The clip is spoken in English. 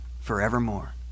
forevermore